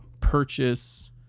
purchase